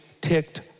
ticked